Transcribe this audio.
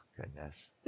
goodness